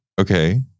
Okay